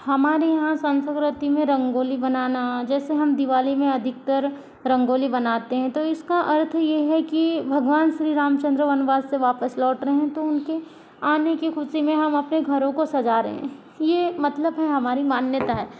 हमारे यहाँ संस्कृति मे रंगोली बनाना जैसे हम दिवाली में अधिकतर रंगोली बनाते हैं तो इसका अर्थ ये है कि भगवान श्री राम चंद्र वनवास से वापस लौट रहे है तो उनके आने की खुशी में हम अपने घरों को सजा रहे ये मतलब है हमारी मान्यता है